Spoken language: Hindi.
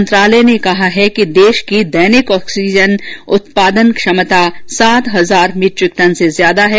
मंत्रालय ने कहा है कि देश की दैनिक ऑक्सीजन उत्पादन क्षमता सात हजार मीट्रिक टन से अधिक है